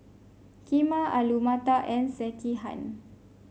Kheema Alu Matar and Sekihan